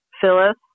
Phyllis